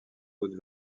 haute